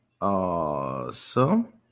Awesome